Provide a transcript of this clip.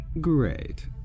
Great